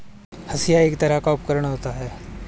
हंसिआ एक तरह का उपकरण होता है